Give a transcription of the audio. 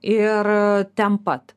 ir ten pat